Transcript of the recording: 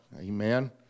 amen